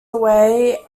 away